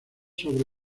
sobre